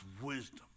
wisdom